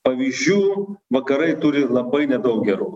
pavyzdžių vakarai turi labai nedaug gerų